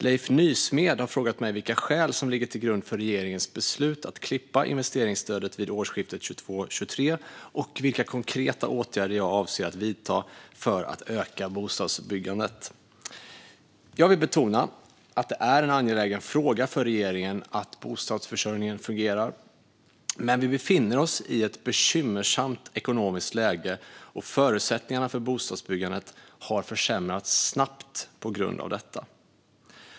Leif Nysmed har frågat mig vilka skäl som ligger till grund för regeringens beslut att klippa investeringsstödet vid årsskiftet 2022/23 samt vilka konkreta åtgärder jag avser att vidta för att öka bostadsbyggandet. Jag vill betona att det är en angelägen fråga för regeringen att bostadsförsörjningen fungerar. Men vi befinner oss i ett bekymmersamt ekonomiskt läge, och förutsättningarna för bostadsbyggandet har försämrats snabbt på grund av detta.